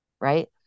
right